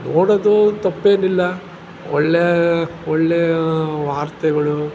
ನೋಡೋದು ತಪ್ಪೇನಿಲ್ಲ ಒಳ್ಳೆಯ ಒಳ್ಳೆಯ ವಾರ್ತೆಗಳು